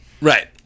right